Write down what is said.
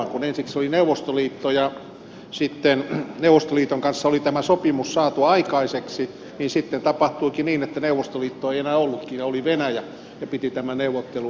kun ensiksi oli neuvostoliitto ja sitten neuvostoliiton kanssa oli tämä sopimus saatu aikaiseksi niin sitten tapahtuikin niin että neuvostoliittoa ei enää ollutkaan ja oli venäjä ja piti tämä neuvottelu aloittaa uudestaan